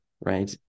Right